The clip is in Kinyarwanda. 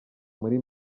muri